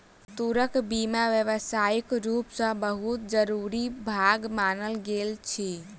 तूरक बीया व्यावसायिक रूप सॅ बहुत जरूरी भाग मानल गेल अछि